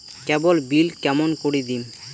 কেবল bill কেমন করি দিম?